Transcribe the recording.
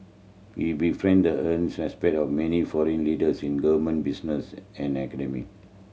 he befriended earns respect of many foreign leaders in government business and academia